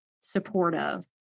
supportive